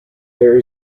there